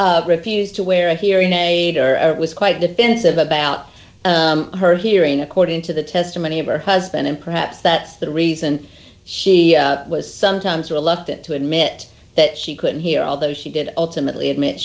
year refused to wear a hearing aid or was quite defensive about her hearing according to the testimony of her husband and perhaps that's the reason she was sometimes reluctant to admit that she couldn't hear although she did ultimately admit